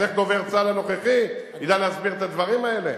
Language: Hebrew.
אז איך דובר צה"ל הנוכחי ידע להסביר את הדברים האלה?